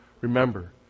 Remember